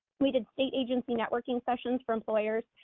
related state agency networking sessions for employers,